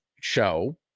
show